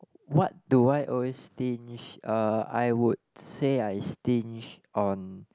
what do I always stinge uh I would say I stinge on